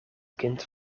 kind